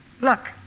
look